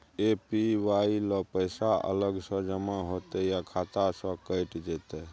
APY ल पैसा अलग स जमा होतै या खाता स कैट जेतै?